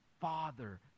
Father